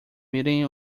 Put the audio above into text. meeting